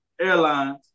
Airlines